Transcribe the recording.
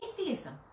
atheism